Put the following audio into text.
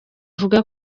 avuga